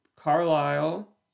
Carlisle